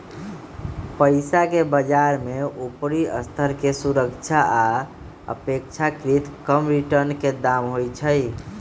पइसाके बजार में उपरि स्तर के सुरक्षा आऽ अपेक्षाकृत कम रिटर्न के दाम होइ छइ